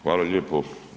Hvala lijepo.